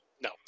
no